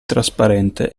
trasparente